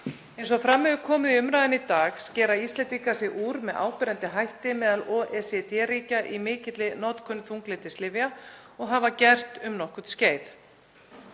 Eins og fram hefur komið í umræðunni í dag skera Íslendingar sig úr með áberandi hætti meðal OECD-ríkja í mikilli notkun þunglyndislyfja og hafa gert um nokkurt skeið.